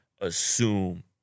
assume